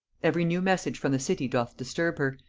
every new message from the city doth disturb her,